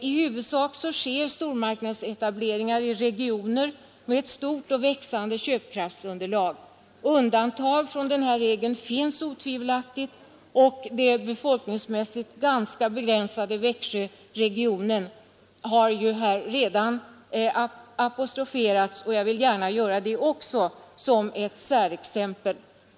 I huvudsak sker stormarknadsetableringar i regioner med stort och växande köpkraftsunderlag. Undantag från den här regeln finns otvivelaktigt. Den befolkningsmässigt ganska begränsade Växjöregionen har ju här redan apostroferats. Även jag vill gärna göra det som ett särexempel.